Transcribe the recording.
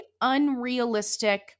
unrealistic